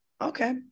Okay